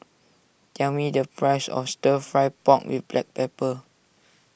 tell me the price of Stir Fry Pork with Black Pepper